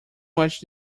much